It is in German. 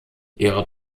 ihre